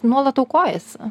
nuolat aukojasi